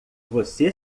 você